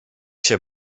się